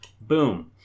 Boom